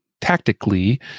tactically